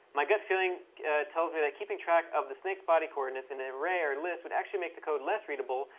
my gut feeling tells me that keeping track of the snake's body coordinates in an array or list would actually make the code less readable,